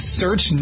search